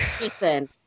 Listen